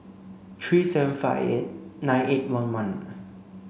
three seven five eight nine eight one one